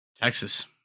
Texas